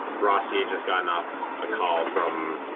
rossy had just gotten off a call from